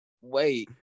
wait